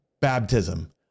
baptism